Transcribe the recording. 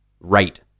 right